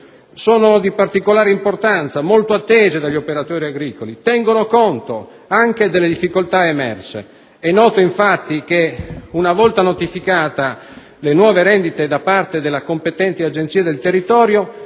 sono di particolare importanza, sono molto attese dagli operatori agricoli e tengono conto delle difficoltà emerse. È noto infatti che, una volta notificate le nuove rendite da parte della competente Agenzia del territorio,